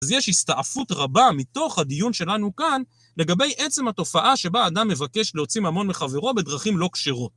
אז יש הסתעפות רבה מתוך הדיון שלנו כאן, לגבי עצם התופעה שבה אדם מבקש להוציא ממון מחברו בדרכים לא כשרות.